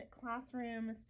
classrooms